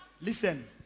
Listen